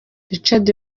richard